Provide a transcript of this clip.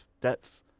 depth